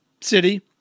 City